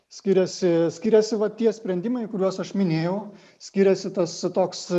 skiriasi skiriasi va tie sprendimai kuriuos aš minėjau skiriasi tas toks